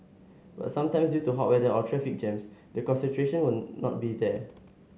but sometimes due to hot weather or traffic jams the concentration will not be there